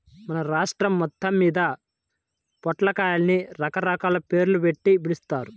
మన రాష్ట్రం మొత్తమ్మీద పొట్లకాయని రకరకాల పేర్లుబెట్టి పిలుస్తారు